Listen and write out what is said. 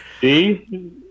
See